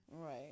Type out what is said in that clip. right